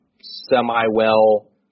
semi-well